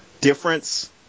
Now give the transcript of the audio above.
difference